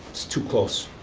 it's too close.